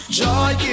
joy